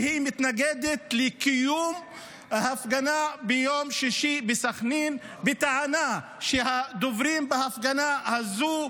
והיא מתנגדת לקיום ההפגנה ביום שישי בסח'נין בטענה שהדוברים בהפגנה הזו,